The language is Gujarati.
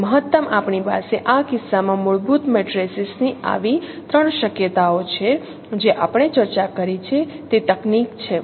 તેથી મહત્તમ આપણી પાસે આ કિસ્સામાં મૂળભૂત મેટ્રિસીસની આવી ત્રણ શક્યતાઓ છે જે આપણે ચર્ચા કરી છે તે તકનીક છે